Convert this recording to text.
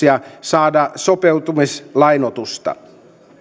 maatalousyrittäjien mahdollisuuksia saada sopeutumislainoitusta